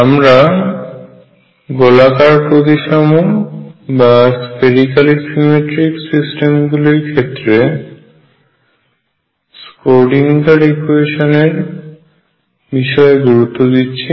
আমরা গোলাকার প্রতিসম সিস্টেমগুলি ক্ষেত্রে স্ক্রোডিঙ্গার ইকুয়েশান Schrödinger equation এর বিষয়ে গুরুত্ব দিচ্ছি